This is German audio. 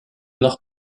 noch